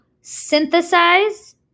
synthesize